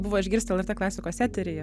buvo išgirst lrt klasikos eteryje